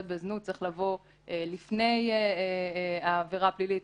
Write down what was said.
בזנות צריך לבוא לפני העבירה המינהלית,